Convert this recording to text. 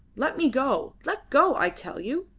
let me go! let go, i tell you!